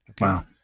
Wow